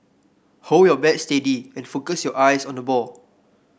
hold your bat steady and focus your eyes on the ball